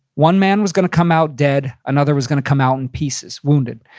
one man was gonna come out dead. another was gonna come out in pieces, wounded.